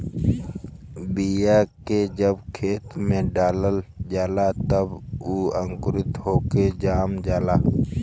बीया के जब खेत में डालल जाला त उ अंकुरित होके जाम जाला